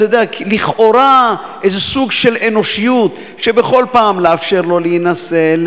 לכאורה איזה סוג של אנושיות: בכל פעם לאפשר לו להינשא,